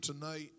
tonight